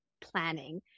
planning